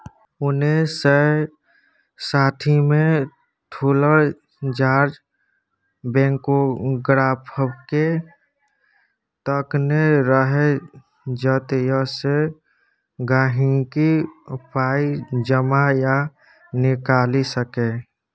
उन्नैस सय साठिमे लुथर जार्ज बैंकोग्राफकेँ तकने रहय जतयसँ गांहिकी पाइ जमा या निकालि सकै